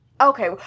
okay